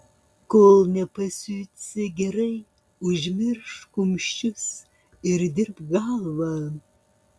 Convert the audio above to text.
kol nepasijusi gerai užmiršk kumščius ir dirbk galva